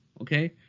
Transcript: okay